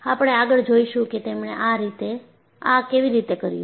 આપણે આગળ જોઈશું કે તેમણે આ કેવી રીતે કર્યું છે